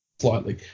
slightly